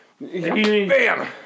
Bam